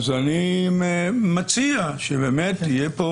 אז אני מציע שתהיה פה